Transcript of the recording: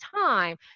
time